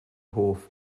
hoff